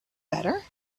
better